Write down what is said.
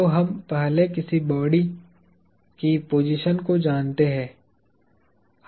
तो हम पहले किसी विशेष बॉडी की पोजीशन को जानते हैं